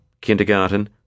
kindergarten